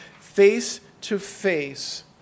face-to-face